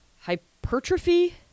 hypertrophy